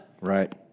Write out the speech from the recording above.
right